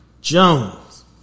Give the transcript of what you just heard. Jones